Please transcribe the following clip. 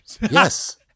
Yes